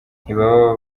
ntibaba